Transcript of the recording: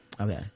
okay